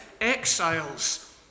exiles